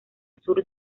sur